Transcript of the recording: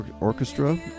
Orchestra